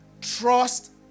Trust